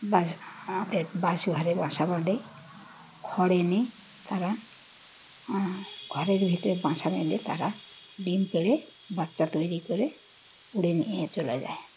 বাস আমাদের বাস ঘরে বাসা বাঁধে খড় এনে তারা ঘরের ভিতরে বাসা বেঁধে তারা ডিম পেড়ে বাচ্চা তৈরি করে উড়ে নিয়ে চলে যায়